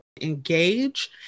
engage